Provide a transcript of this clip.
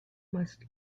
must